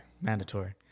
Mandatory